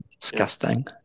disgusting